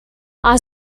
are